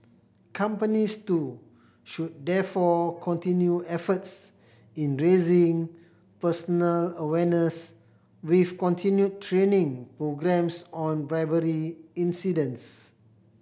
companies too should therefore continue efforts in raising personal awareness with continued training programmes on bribery incidents